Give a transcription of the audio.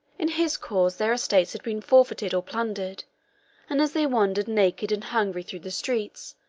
in his cause their estates had been forfeited or plundered and as they wandered naked and hungry through the streets,